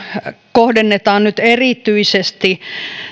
kohdennetaan nyt erityisesti